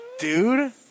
Dude